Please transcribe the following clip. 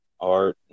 art